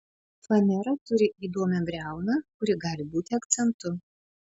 fanera turi įdomią briauną kuri gali būti akcentu